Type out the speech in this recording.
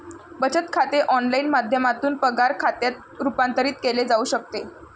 बचत खाते ऑनलाइन माध्यमातून पगार खात्यात रूपांतरित केले जाऊ शकते